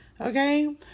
Okay